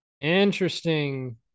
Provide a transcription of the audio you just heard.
interesting